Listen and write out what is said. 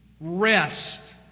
Rest